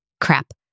crap